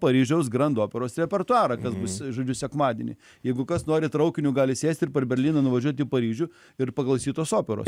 paryžiaus grand operos repertuarą žodžiu sekmadienį jeigu kas nori traukiniu gali sėsti ir per berlyną nuvažiuoti į paryžių ir paklausyt tos operos